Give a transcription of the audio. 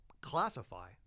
classify